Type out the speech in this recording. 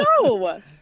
No